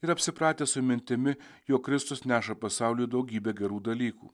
ir apsipratę su mintimi jog kristus neša pasauliui daugybę gerų dalykų